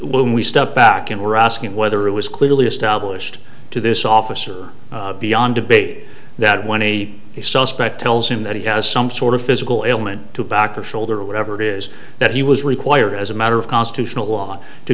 womb we step back and we're asking whether it was clearly established to this officer beyond debate that when a suspect tells him that he has some sort of physical ailment to back or shoulder or whatever it is that he was required as a matter of constitutional law to